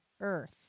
earth